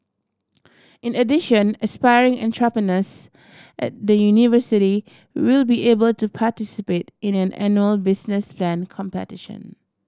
in addition aspiring entrepreneurs at the university will be able to participate in an annual business plan competition